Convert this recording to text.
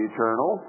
Eternal